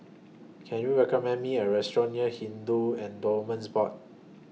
Can YOU recommend Me A Restaurant near Hindu Endowments Board